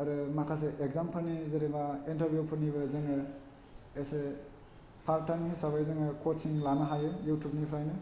आरो माखासे इक्जामफोरनि जेनेबा इन्टारबिउ फोरनिबो जोङो इसे फार टाइम हिसाबै जोङो कचिं लानो हायो इउटुबनिफ्रायनो